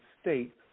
state